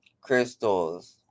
crystals